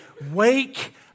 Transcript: wake